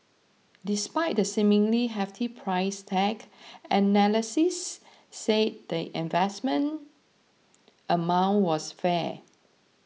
despite the seemingly hefty price tag analysts said the investment amount was fair